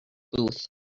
booth